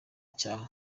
cyaha